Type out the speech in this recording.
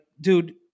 dude